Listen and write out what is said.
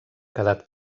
quedat